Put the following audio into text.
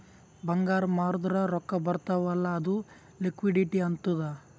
ಬಂಗಾರ್ ಮಾರ್ದುರ್ ರೊಕ್ಕಾ ಬರ್ತಾವ್ ಅಲ್ಲ ಅದು ಲಿಕ್ವಿಡಿಟಿ ಆತ್ತುದ್